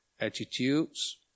attitudes